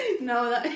no